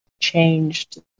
changed